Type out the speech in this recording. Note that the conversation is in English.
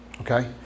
Okay